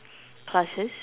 classes